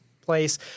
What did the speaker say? place